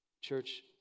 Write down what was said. Church